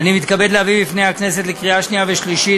אני מתכבד להביא בפני הכנסת לקריאה שנייה ושלישית